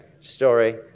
story